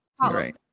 Right